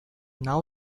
now